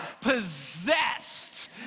Possessed